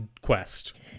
quest